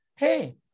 hey